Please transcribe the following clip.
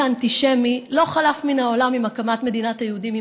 האנטישמי לא חלף מן העולם עם הקמת מדינת היהודים,